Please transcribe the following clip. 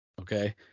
Okay